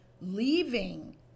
Leaving